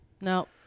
No